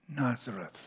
Nazareth